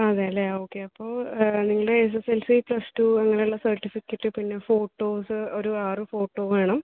അതേലെ ഓക്കെ അപ്പോൾ നിങ്ങളെ S S L C plus two അങ്ങനുള്ള സർട്ടിഫിക്കറ്റ് പിന്നെ ഫോട്ടോസ് ഒരു ആറ് ഫോട്ടോ വേണം